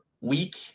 week